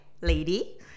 lady